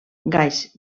gais